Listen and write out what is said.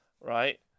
right